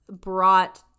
brought